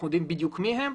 יודעים בדיוק מיהם,